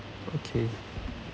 okay